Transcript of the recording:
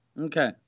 Okay